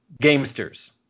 Gamesters